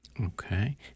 okay